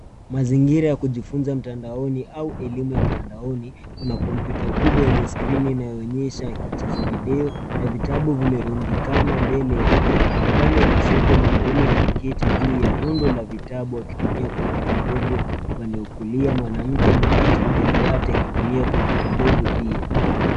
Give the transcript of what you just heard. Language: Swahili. Mazingira ya kujifunza mtandaoni au elimu ya mtandaoni una kompyuta kubwa yenye skrini inaonyesha ikicheza video na vitabu vimerundikana mbele yake, upande wa kushoto mwanaume ameketi ju ya rundola vitabu akitumia kompyuta ndogo, upande wa kulia mwanamke ameketi kwenye dawati akitumia kompyuta ndogo pia.